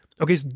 Okay